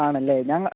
ആണല്ലേ ഞങ്ങൾ